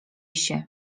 się